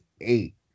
eight